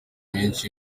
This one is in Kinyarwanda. menshi